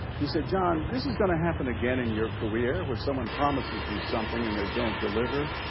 he said john, this is going to happen again in your career when someone promises you something and they don't deliver.